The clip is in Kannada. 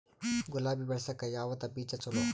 ಗುಲಾಬಿ ಬೆಳಸಕ್ಕ ಯಾವದ ಬೀಜಾ ಚಲೋ?